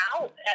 out